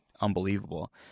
unbelievable